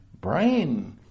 brain